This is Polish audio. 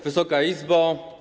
Wysoka Izbo!